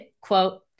quote